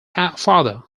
father